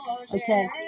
Okay